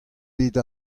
bet